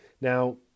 Now